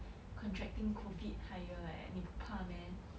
contracting COVID higher eh 你不怕 meh